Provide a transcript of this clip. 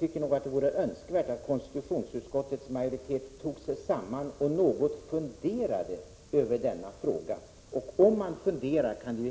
Det vore önskvärt att konstitutionsutskottets majoritet tog sig samman och något funderade över denna fråga. Och om man funderar kanske